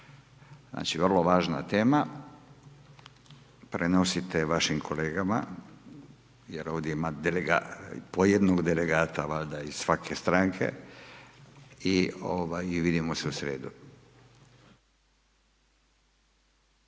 Znači vrlo važna tema, prenosite vašim kolegama jer ovdje ima po jednog delegata valjda iz svake stranke i vidimo se u srijedu.